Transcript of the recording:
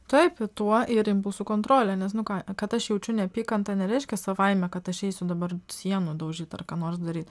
taip i tuo ir impulsų kontrolė nes nu ką a kad aš jaučiu neapykantą nereiškia savaime kad aš eisiu dabar sienų daužyt ar ką nors daryt